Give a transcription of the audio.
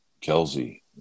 Kelsey